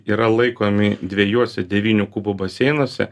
yra laikomi dviejuose devynių kubų baseinuose